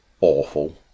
awful